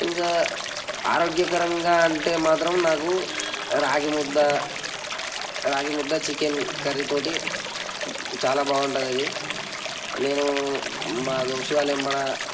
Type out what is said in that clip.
ఇంకా ఆరోగ్యకరంగా అంటే మాత్రం నాకు రాగి ముద్ద రాగి ముద్ద చికెన్ కర్రీ తోటి చాలా బాగుంటుంది అది నేను మా దోస్తుగాళ్ళ ఎంబడ